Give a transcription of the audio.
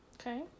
Okay